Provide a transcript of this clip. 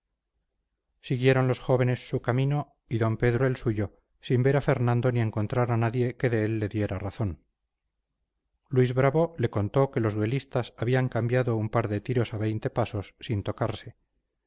siguieron los jóvenes su camino y d pedro el suyo sin ver a fernando ni encontrar a nadie que de él le diera razón luis brabo le contó que los duelistas habían cambiado un par de tiros a veinte pasos sin tocarse